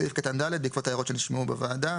בסעיף קטן (ד), בעקבות ההערות שנשמעו בוועדה,